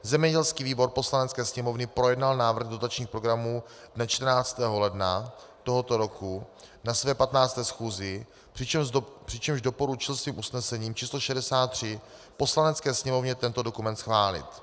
Zemědělský výbor Poslanecké sněmovny projednal návrh dotačních programů dne 14. ledna tohoto roku na své 15. schůzi, přičemž doporučil svým usnesením číslo 63 Poslanecké sněmovně tento dokument schválit.